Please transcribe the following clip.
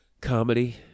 comedy